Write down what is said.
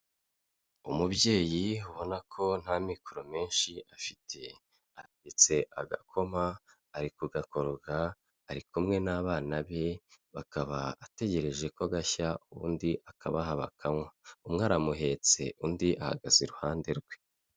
Umubyeyi ubona ko nta mikoro menshi afite, atetse agakoma, ari kugakoroga, ari kumwe n'abana be, bakaba ategereje ko gashya ubundi akabaha bakanywa, umwe aramuhetse, undi ahagaze iruhande rwe.